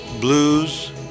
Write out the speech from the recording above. blues